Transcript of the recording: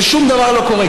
ושום דבר לא קורה,